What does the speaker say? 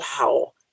wow